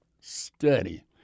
study